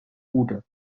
oder